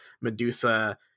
medusa